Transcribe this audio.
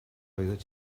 oeddet